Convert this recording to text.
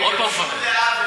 שנופתע.